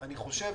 אני חושב